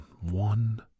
one